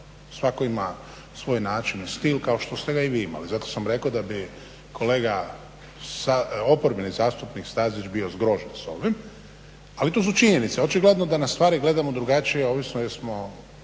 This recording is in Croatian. Svatko ima svoj način i stil kao što ste ga i vi imali. Zato sam rekao da bi kolega oporbeni zastupnik Stazić bio zgrožen s ovim, ali to su činjenice. Očigledno da na stvari gledamo drugačije, ovisno jesmo